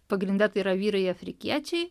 pagrinde tai yra vyrai afrikiečiai